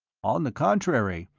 on the contrary,